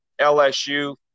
LSU